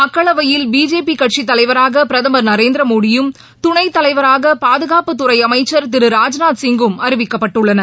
மக்களவையில் பிஜேபி கட்சித்தலைவராக பிரதமர் திரு நரேந்திரமோடியும் துணைத்தலைவராக பாதுகாப்புத்துறை அமைச்சர் திரு ராஜ்நாத்சிங்கும் அறிவிக்கப்பட்டுள்ளனர்